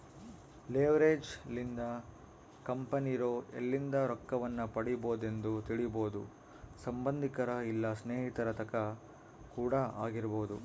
leverage ಲಿಂದ ಕಂಪೆನಿರೊ ಎಲ್ಲಿಂದ ರೊಕ್ಕವನ್ನು ಪಡಿಬೊದೆಂದು ತಿಳಿಬೊದು ಸಂಬಂದಿಕರ ಇಲ್ಲ ಸ್ನೇಹಿತರ ತಕ ಕೂಡ ಆಗಿರಬೊದು